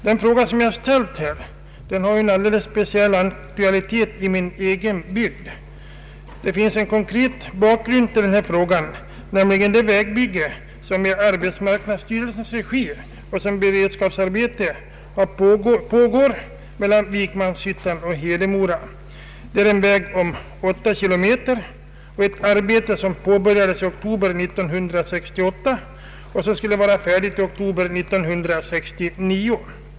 Den fråga jag ställt har en alldeles speciell aktualitet i min egen bygd. Det finns en konkret bakgrund till frågan, nämligen det vägbygge som i arbetsmarknadsstyrelsens regi och som beredskapsarbete pågår mellan Vikmanshyttan och Hedemora, Det är här fråga om en väg på 8 kilometer. Arbetet påbörjades i oktober 1968 och skulle vara färdigt i oktober 1969.